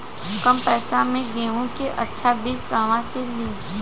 कम पैसा में गेहूं के अच्छा बिज कहवा से ली?